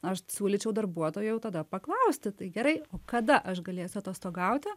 aš siūlyčiau darbuotojui jau tada paklausti tai gerai o kada aš galėsiu atostogauti